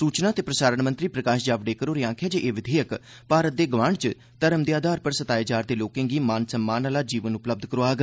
सूचना ते प्रसारण मंत्री प्रकाश जावडेकर होरें आखेआ जे एह् विघेयक भारत दे गवांड च घर्म दे आधार पर सताए जा'रदे लोकें गी मान सम्मान आह्ला जीवन उपलब्ध करोआग